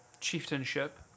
chieftainship